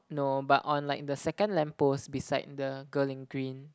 no but on like the second lamppost beside the girl in green